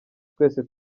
twese